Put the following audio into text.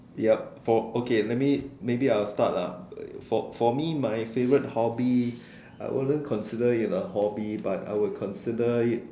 yup for okay let me maybe I'll start lah uh for me my favourite hobby I wouldn't consider it a hobby but I would consider it